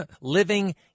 living